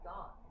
God